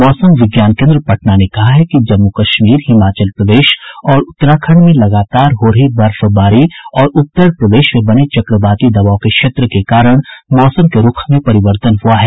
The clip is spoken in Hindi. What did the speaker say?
मौसम विज्ञान केन्द्र पटना ने कहा है कि जम्मू कश्मीर हिमाचल प्रदेश और उत्तराखंड में लगातार हो रही बर्फबारी तथा उत्तर प्रदेश में बने चक्रवाती दबाव के क्षेत्र के कारण मौसम के रूख में परिवर्तन हुआ है